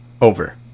Over